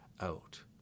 out